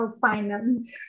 finance